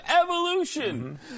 evolution